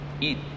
eat